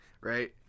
right